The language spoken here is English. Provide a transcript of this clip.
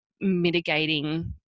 mitigating